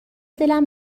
دلم